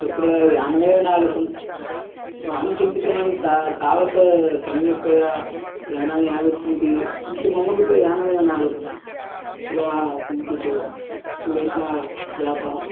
तत्र यानमेव नागतं किमहं चिन्तितवान् तावत् तावत् सम्यक्तया यानानि आगच्छन्ति परन्तु मम कृते यानमेव नागतं तदा किञ्चित् क्लेशः जातः